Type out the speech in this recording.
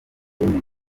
yemeje